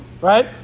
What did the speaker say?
right